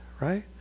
right